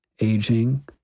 aging